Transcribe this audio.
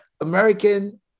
American